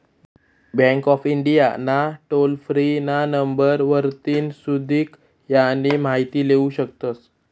bank of India ना toll free ना number वरतीन सुदीक यानी माहिती लेवू शकतस